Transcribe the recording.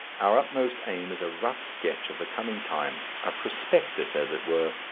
our utmost aim is a rough sketch of the coming time, a prospectus, as it were,